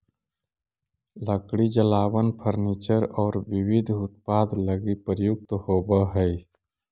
लकड़ी जलावन, फर्नीचर औउर विविध उत्पाद लगी प्रयुक्त होवऽ हई